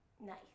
Nice